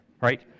right